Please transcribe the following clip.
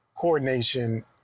coordination